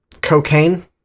Cocaine